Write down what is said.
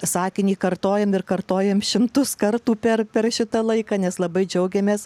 sakinį kartojam ir kartojam šimtus kartų per per šitą laiką nes labai džiaugiamės